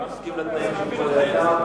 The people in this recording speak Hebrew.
אתה מסכים לתנאים שהוקראו על-ידי השר?